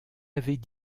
avais